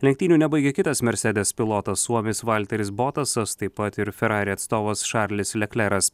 lenktynių nebaigė kitas mercedes pilotas suomis valteris botasas taip pat ir ferrari atstovas čarlis lekleras